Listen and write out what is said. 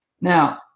Now